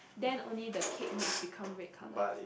then only the cake mix become red color